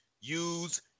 use